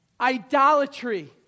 Idolatry